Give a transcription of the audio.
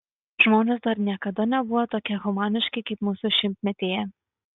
žmonės dar niekada nebuvo tokie humaniški kaip mūsų šimtmetyje